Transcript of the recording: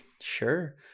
Sure